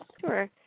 Sure